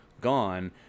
gone